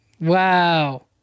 wow